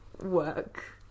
work